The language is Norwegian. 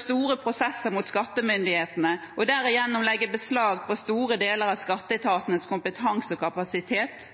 store prosesser mot skattemyndighetene, og derigjennom legge beslag på store deler av skatteetatens kompetanse og kapasitet,